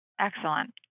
Excellent